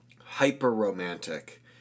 hyper-romantic